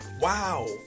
Wow